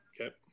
Okay